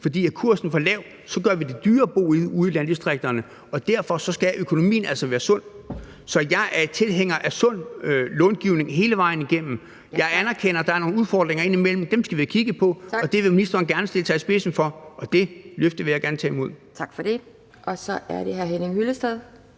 For er kursen for lav, gør vi det dyrere at bo ude i landdistrikterne, og derfor skal økonomien altså være sund. Så jeg er tilhænger af en sund långivning hele vejen igennem. Jeg anerkender, at der er nogle udfordringer indimellem, og dem skal vi have kigget på. Det vil ministeren gerne stille sig i spidsen for, og det løfte vil jeg gerne tage imod. Kl. 13:13 Anden næstformand (Pia